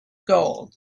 gold